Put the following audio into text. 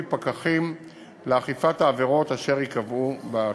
פקחים לאכיפה בנוגע לעבירות אשר ייקבעו בתוספות.